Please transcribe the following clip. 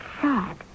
sad